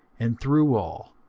and through all,